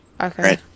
Okay